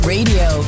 Radio